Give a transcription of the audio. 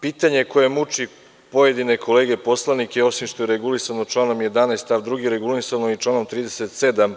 Pitanje koje muči pojedine kolege poslanike, osim što je regulisano članom 11. stav 2, regulisano je i članom 37.